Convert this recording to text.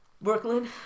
Brooklyn